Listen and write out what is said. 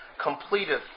completed